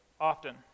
often